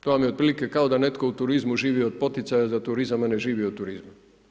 To vam je otprilike kao da netko u turizmu živi od poticaja za turizam, a ne živi od turizma.